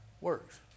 works